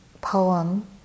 poem